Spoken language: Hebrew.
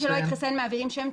מי שלא התחסן מעבירים שם,